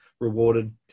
rewarded